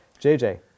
JJ